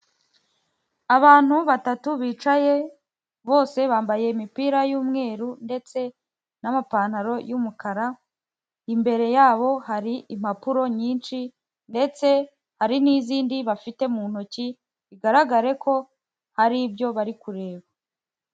Abantu batatu bicaye, bose bambaye imipira y'umweru ndetse n'amapantaro y'umukara, imbere yabo hari impapuro nyinshi ndetse hari n'izindi bafite mu ntoki, bigaragare ko hari ibyo bari kureba.